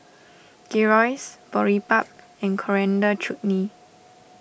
Gyros Boribap and Coriander Chutney